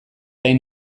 hain